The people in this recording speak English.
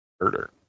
murder